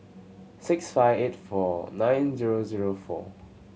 six five eight four nine zero zero four